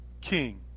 king